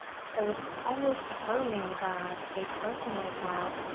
so it's almost affirming that a person like that